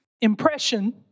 impression